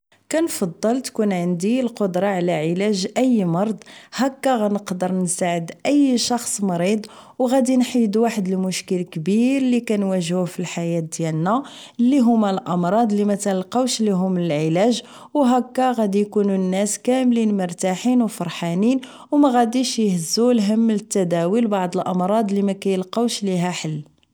كنفضل تكون عندي القدرة على علاج اي مرض هكا غنقدر نساعد اي شخص مريض و غادي نحيدو واحد المشكيل كبير لكنواجهوه فالحياة ديالنا اللي هما الامراض اللي ماتنلقاوش ليهم العلاج و هكا غادي يكونو الناس كاملين مرتاحين و فرحانين و ماغاديش اهزو الهم للتداوي لبعض الامراض اللي متيلقاوش ليها حل